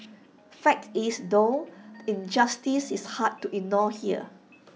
fact is though injustice is hard to ignore here